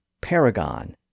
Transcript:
paragon